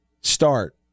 start